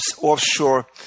offshore